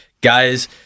guys